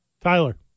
Tyler